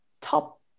top